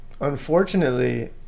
Unfortunately